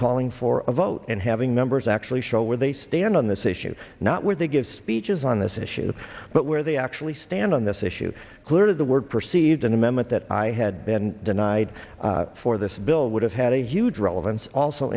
calling for a vote and having members actually show where they stand on this issue not where they give speeches on this issue but where they actually stand on this issue cleared of the word proceed an amendment that i had been denied for this bill would have had a huge relevance also